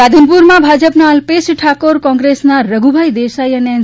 રાધનપુરમાં ભાજપના લ્પેશ ઠાકોર કોંગ્રેસના રધુભાઈ દેસાઇ ને એન